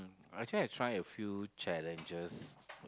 actually I try a few challenges